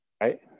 right